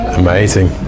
amazing